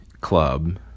club